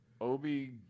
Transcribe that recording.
Obi